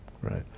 Right